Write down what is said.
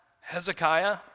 Hezekiah